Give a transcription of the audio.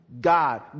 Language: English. God